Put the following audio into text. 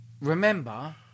remember